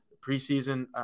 preseason